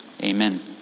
Amen